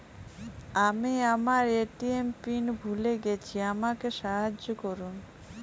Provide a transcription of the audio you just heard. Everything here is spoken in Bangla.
আমি আমার এ.টি.এম পিন ভুলে গেছি আমাকে সাহায্য করুন